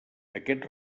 aquest